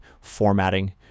formatting